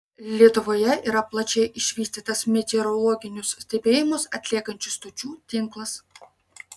lietuvoje yra plačiai išvystytas meteorologinius stebėjimus atliekančių stočių tinklas